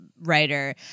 writer